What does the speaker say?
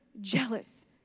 jealous